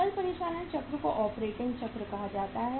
सकल परिचालन चक्र को ऑपरेटिंग चक्र कहा जाता है